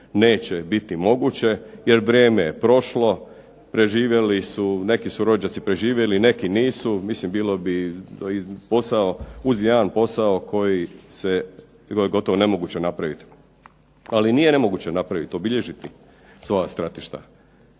neće biti moguće jer vrijeme je prošlo. Preživjeli su, neki su rođaci preživjeli, neki nisu. Mislim bilo bi posao uz jedan posao koji se bilo bi gotovo nemoguće napraviti. Ali nije nemoguće napraviti, obilježiti svoja stratišta.